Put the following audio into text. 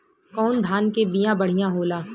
कौन धान के बिया बढ़ियां होला?